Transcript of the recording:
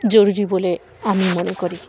জরুরি বলে আমি মনে করি